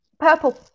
Purple